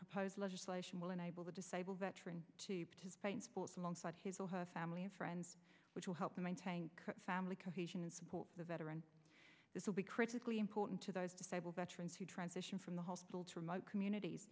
proposed legislation will enable the disabled veteran to participate in sports alongside his or her family and friends which will help to maintain current family cohesion and support the veteran this will be critically important to those disabled veterans who transition from the hospital to remote communities